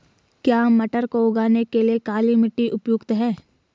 क्या मटर को उगाने के लिए काली मिट्टी उपयुक्त है?